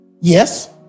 Yes